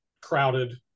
crowded